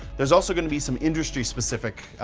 there's also gonna be some industry specific,